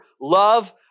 love